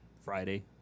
Friday